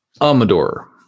Amador